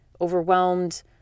overwhelmed